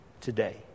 today